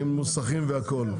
מוסכים והכול.